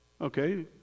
Okay